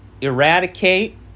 eradicate